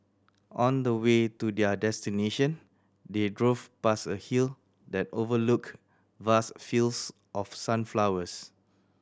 on the way to their destination they drove past a hill that overlooked vast fields of sunflowers